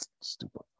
stupid